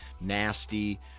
nasty